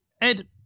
Ed